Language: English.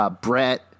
Brett